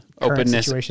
openness